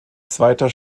zweiter